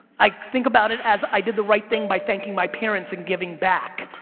i think about it as i did the right thing by thanking my parents and giving back.